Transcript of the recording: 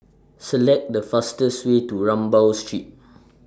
Select The fastest Way to Rambau Street